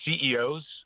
CEOs